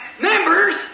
members